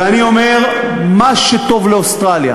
רק סימני שאלה.